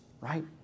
right